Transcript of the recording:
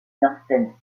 northern